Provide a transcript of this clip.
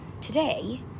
Today